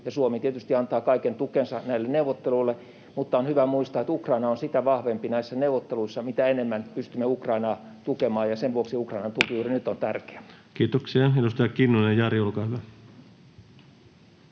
Suomi tietysti antaa kaiken tukensa näille neuvotteluille. Mutta on hyvä muistaa, että Ukraina on näissä neuvotteluissa sitä vahvempi, mitä enemmän pystymme Ukrainaa tukemaan, ja sen vuoksi Ukrainan tuki juuri nyt on tärkeää. Kiitoksia. — Edustaja Kinnunen, Jari, olkaa hyvä.